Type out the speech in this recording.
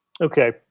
Okay